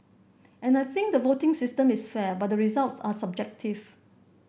and I think the voting system is fair but the results are subjective